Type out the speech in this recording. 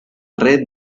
red